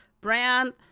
brand